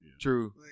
True